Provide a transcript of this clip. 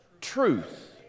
truth